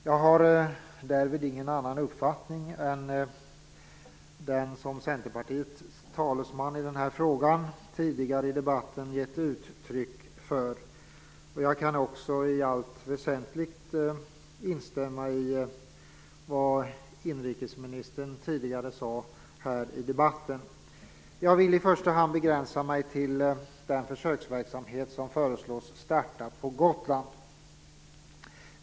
Jag har därvid ingen annan uppfattning än den som Centerpartiets talesman i den här frågan tidigare i debatten gett uttryck för. Jag kan också i allt väsentligt instämma i vad inrikesministern tidigare sade här i debatten. Jag vill i första hand begränsa mig till den försöksverksamhet som föreslås starta på Gotland.